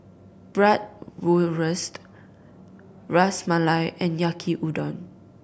Bratwurst Ras Malai and Yaki Udon